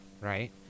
right